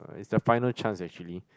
it's the final chance actually